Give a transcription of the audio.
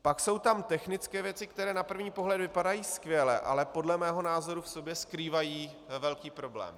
Pak jsou tam technické věci, které na první pohled vypadají skvěle, ale podle mého názoru v sobě skrývají velký problém.